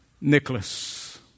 Nicholas